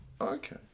Okay